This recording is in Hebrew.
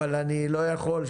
אבל אני לא יכול,